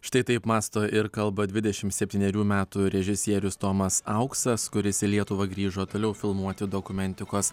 štai taip mąsto ir kalba dvidešim septynerių metų režisierius tomas auksas kuris į lietuvą grįžo toliau filmuoti dokumentikos